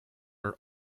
are